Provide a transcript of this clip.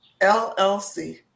LLC